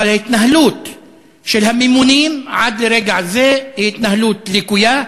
אבל ההתנהלות של הממונים עד לרגע זה היא התנהלות לקויה.